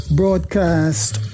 broadcast